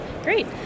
Great